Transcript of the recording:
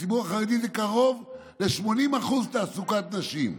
בציבור החרדי זה קרוב ל-80% תעסוקת נשים.